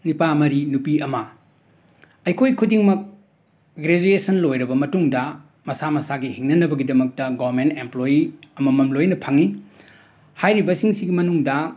ꯅꯤꯄꯥ ꯃꯔꯤ ꯅꯨꯄꯤ ꯑꯃ ꯑꯩꯈꯣꯏ ꯈꯨꯗꯤꯡꯃꯛ ꯒ꯭ꯔꯦꯖꯨꯋꯦꯁꯟ ꯂꯣꯏꯔꯕ ꯃꯇꯨꯡꯗ ꯃꯁꯥ ꯃꯁꯥꯒꯤ ꯍꯤꯡꯅꯅꯕꯒꯤꯗꯃꯛꯇ ꯒꯣꯔꯃꯦꯟ ꯑꯦꯝꯄ꯭ꯂꯣꯌꯤ ꯑꯃꯃꯝ ꯂꯣꯏꯅ ꯐꯪꯉꯤ ꯍꯥꯏꯔꯤꯕꯁꯤꯡꯁꯤꯒꯤ ꯃꯅꯨꯡꯗ